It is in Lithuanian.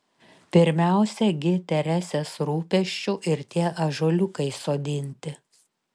pirmiausia gi teresės rūpesčiu ir tie ąžuoliukai sodinti